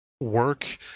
work